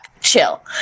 Chill